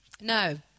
No